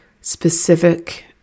specific